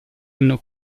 hanno